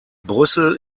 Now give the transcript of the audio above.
brüssel